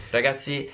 Ragazzi